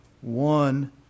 one